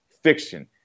fiction